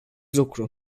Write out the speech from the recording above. lucru